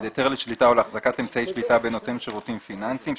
היתר שנתן המפקח ועל פי התנאים שנקבעו בו.